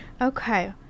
Okay